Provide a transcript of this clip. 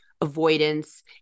avoidance